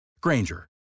Granger